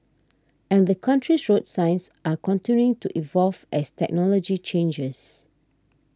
and the country's road signs are continuing to evolve as technology changes